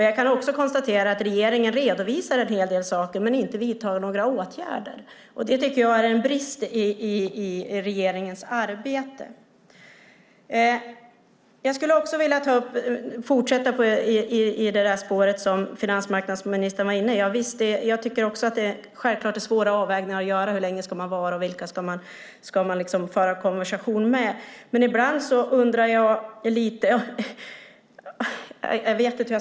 Jag kan konstatera att regeringen redovisar en hel del saker men inte vidtar några åtgärder. Det tycker jag är en brist i regeringens arbete. Jag skulle vilja fortsätta på det spår som finansmarknadsministern var inne på. Jag tycker självklart också att det är svåra avvägningar att göra. Hur länge ska man vara med, och vilka ska man föra konversation med? Men ibland undrar jag lite.